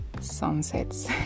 sunsets